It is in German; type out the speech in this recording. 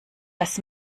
das